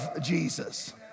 Jesus